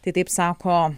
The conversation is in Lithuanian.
tai taip sako